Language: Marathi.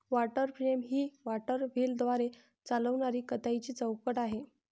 वॉटर फ्रेम ही वॉटर व्हीलद्वारे चालविणारी कताईची चौकट आहे